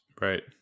Right